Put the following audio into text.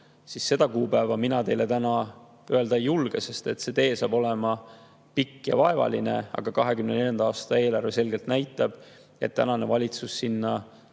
Seda kuupäeva mina teile täna öelda ei julge, sest see tee tuleb pikk ja vaevaline. Aga 2024. aasta eelarve selgelt näitab, et tänane valitsus on sinna